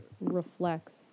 reflects